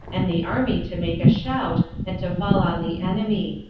and the army to make a shout, and to fall on the enemy.